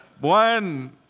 One